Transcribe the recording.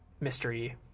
mystery